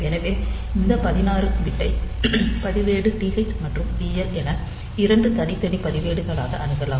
எனவே இந்த 16 பிட் ஐ பதிவேடு TH மற்றும் TL என 2 தனித்தனி பதிவேடுகளாக அணுகலாம்